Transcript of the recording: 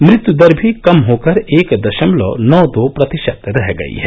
मृत्यु दर भी कम होकर एक दशमलव नौ दो प्रतिशत रह गई है